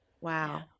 Wow